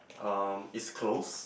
um it's close